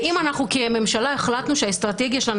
אם אנחנו כממשלה החלטנו שהאסטרטגיה שלנו